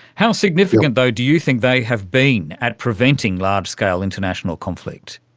how significant though do you think they have been at preventing large-scale international conflict?